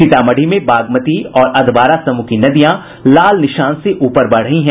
सीतामढ़ी में बागमती और अधवारा समूह की नदियां लाल निशान से ऊपर बह रही हैं